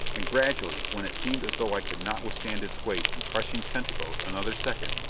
and gradually, when it seemed as though i could not withstand its weight and crushing tentacles another second,